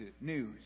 news